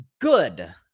good